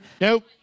Nope